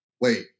Wait